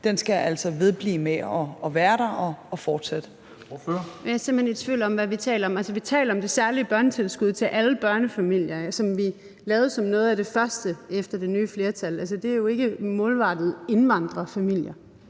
Kl. 15:49 Pernille Skipper (EL): Jeg er simpelt hen i tvivl om, hvad vi taler om. Altså, vi taler om det særlige børnetilskud til alle børnefamilier, som vi lavede som noget af det første, efter vi fik det nye flertal. Det er jo ikke målrettet indvandrerfamilier.